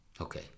Okay